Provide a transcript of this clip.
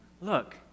look